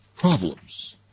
problems